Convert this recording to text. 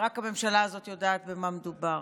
ורק הממשלה הזאת יודעת במה מדובר,